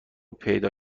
پیدا